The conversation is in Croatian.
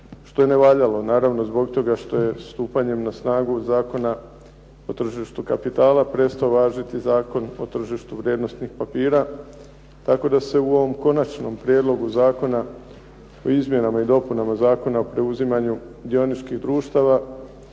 što je nevaljalo naravno zbog toga što je stupanjem na snagu Zakona o tržištu kapitala prestao važiti Zakon o tržištu vrijednosnih papira, tako da se u ovom Konačnom prijedlogu zakona o izmjenama i dopunama Zakona o preuzimanju dioničkih društava